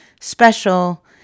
special